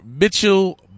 Mitchell